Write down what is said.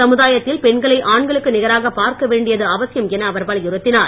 சமுதாயத்தில் பெண்களை ஆண்களுக்கு நிகராக பார்க்க வேண்டியது அவசியம் என அவர் வலியுறுத்தினார்